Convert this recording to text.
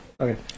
Okay